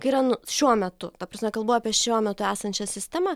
kai yra šiuo metu ta prasme nekalbu apie šiuo metu esančią sistemą